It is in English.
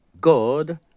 God